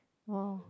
!wow!